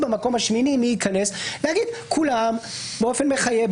במקום השמיני מי ייכנס ולהגיד: כולם באופן מחייב,